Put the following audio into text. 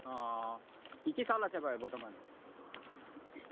অঁ কি কি চাউল আছে বাৰু বৰ্তমান